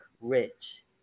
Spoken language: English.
rich